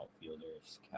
outfielders